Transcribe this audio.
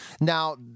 Now